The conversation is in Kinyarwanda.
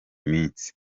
minsi